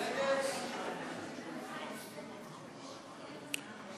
את הצעת חוק הבטחת זכויות הפנסיה של עולים,